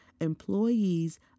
employees